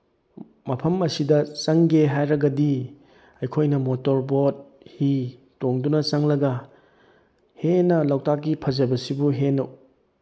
ꯃꯐꯝ ꯑꯁꯤꯗ ꯆꯪꯒꯦ ꯍꯥꯏꯔꯒꯗꯤ ꯑꯩꯈꯣꯏꯅ ꯃꯣꯇꯣꯔꯕꯣꯠ ꯍꯤ ꯇꯣꯡꯗꯨꯅ ꯆꯪꯂꯒ ꯍꯦꯟꯅ ꯂꯣꯛꯇꯥꯛꯀꯤ ꯐꯖꯕꯁꯤꯕꯨ ꯍꯦꯟꯅ